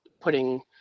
putting